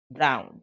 down